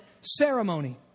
ceremony